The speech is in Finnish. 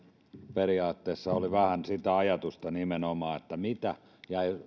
periaatteessa oli vähän sitä ajatusta nimenomaan mitä jäi